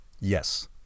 Yes